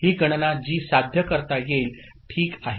ही गणना जी साध्य करता येईल ठीक आहे